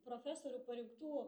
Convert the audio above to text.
profesorių parinktų